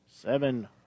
Seven